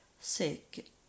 sick